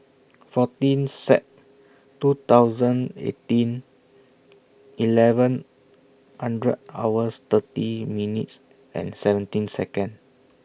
fourteen Sep two thousand eighteen eleven hundred hours thirty minutes and seventeen Seconds